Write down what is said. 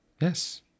Yes